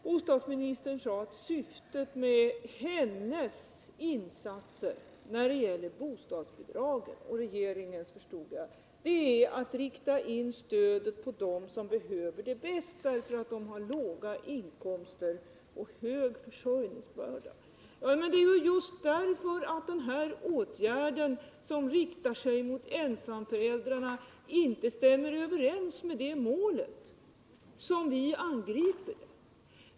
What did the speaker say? Bostadsministern sade att syftet med hennes insats — och regeringens, förstod jag — när det gäller bostadsbidragen är att rikta in stödet på dem som behöver det bäst därför att de har låga inkomster och stor försörjningsbörda. Men det är ju just därför att den här åtgärden, som riktar sig mot ensamföräldrarna, inte stämmer överens med det målet som vi angriper den.